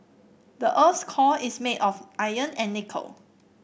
the earth's core is made of iron and nickel